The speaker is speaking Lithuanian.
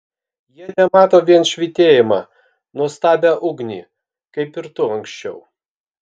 jie temato vien švytėjimą nuostabią ugnį kaip ir tu anksčiau